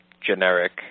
generic